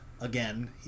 again